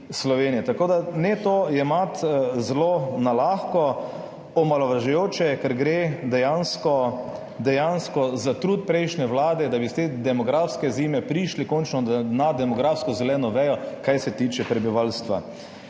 Ne tega jemati zelo na lahko, omalovažujoče, ker gre dejansko za trud prejšnje vlade, da bi iz te demografske zime prišli končno na demografsko zeleno vejo, kar se tiče prebivalstva.